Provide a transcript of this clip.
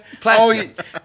Plastic